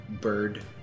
bird